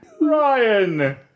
Ryan